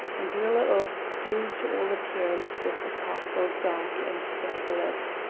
and in a little, doom, to all appearance, was a castle dark and desolate.